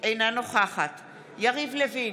אינה נוכחת יריב לוין,